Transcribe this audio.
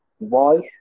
voice